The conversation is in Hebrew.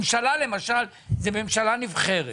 ממשלה למשל זה ממשלה נבחרת,